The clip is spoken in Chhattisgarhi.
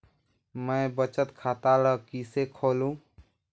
मैं बचत खाता ल किसे खोलूं?